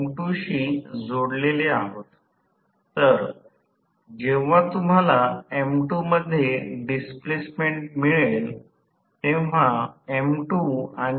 तर आम्हे फक्त मोटरिंग भाग ब्रेकिंग भाग किंवा निर्मिती भाग बद्दल थोडेसे शिकतो परंतु आम्हाला त्यात रस आहे